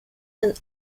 and